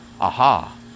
aha